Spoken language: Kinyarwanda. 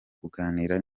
kuganira